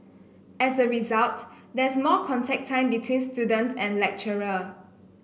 as a result there's more contact time between student and lecturer